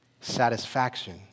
satisfaction